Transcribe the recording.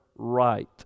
Right